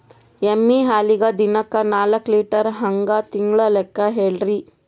ಎಮ್ಮಿ ಹಾಲಿಗಿ ದಿನಕ್ಕ ನಾಕ ಲೀಟರ್ ಹಂಗ ತಿಂಗಳ ಲೆಕ್ಕ ಹೇಳ್ರಿ?